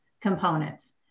components